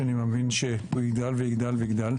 שאני מאמין שהוא יגדל ויגדל ויגדל.